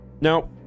Now